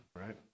Right